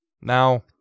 Now